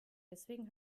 deswegen